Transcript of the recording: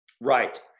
Right